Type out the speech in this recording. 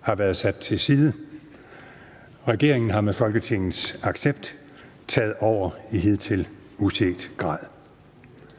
har været sat til side. Regeringen har med Folketingets accept taget over i hidtil uset grad.